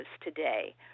today